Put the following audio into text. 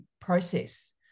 process